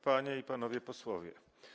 Panie i Panowie Posłowie!